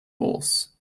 horse